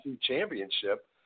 championship